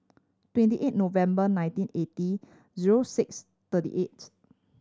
twenty eight November nineteen eighty zero six thirty eight